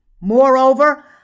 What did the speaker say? Moreover